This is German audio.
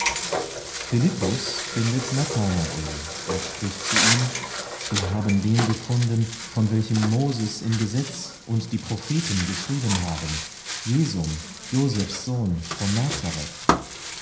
philippus findet nathanael und spricht zu ihm wir haben den gefunden von welchem moses im gesetz und die propheten geschrieben haben jesum joseph's sohn von nazareth